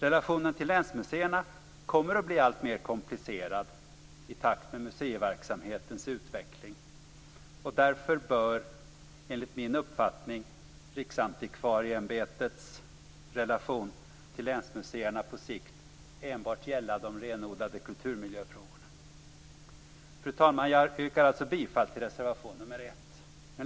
Relationen till länsmuseerna kommer att bli alltmer komplicerad i takt med museiverksamhetens utveckling, och därför bör enligt min uppfattning Riksantikvarieämbetets relation till länsmuseerna på sikt enbart gälla de renodlade kulturmiljöfrågorna. Fru talman! Jag yrkar alltså bifall till reservation nummer 1.